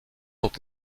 ont